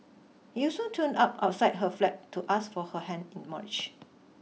he also turned up outside her flat to ask for her hand in march